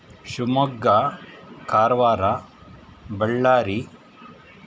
Shivamogga Karwar Ballari